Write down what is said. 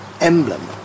emblem